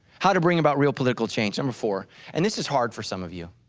how to bring about real political change, number four and this is hard for some of you.